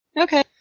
Okay